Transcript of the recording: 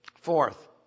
Fourth